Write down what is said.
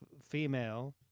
female